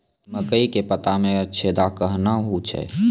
मकई के पत्ता मे छेदा कहना हु छ?